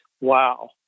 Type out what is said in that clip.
wow